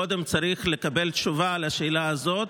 קודם צריך לקבל תשובה על השאלה הזאת,